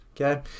Okay